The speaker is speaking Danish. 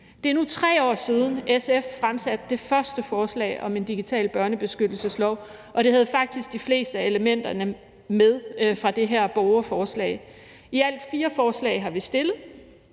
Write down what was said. Det er nu 3 år siden, SF fremsatte det første forslag om en digital børnebeskyttelseslov, og det havde faktisk de fleste af elementerne med fra det her borgerforslag. I alt fire forslag har vi fremsat,